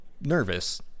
nervous